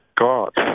God